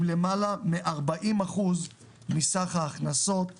עם למעלה מ-40% מסך ההכנסות שקיימות.